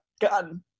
gun